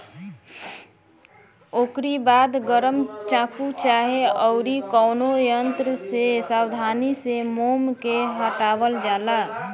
ओकरी बाद गरम चाकू चाहे अउरी कवनो यंत्र से सावधानी से मोम के हटावल जाला